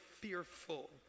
fearful